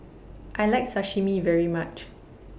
I like Sashimi very much